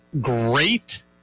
great